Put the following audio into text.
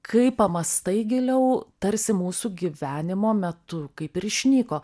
kai pamąstai giliau tarsi mūsų gyvenimo metu kaip ir išnyko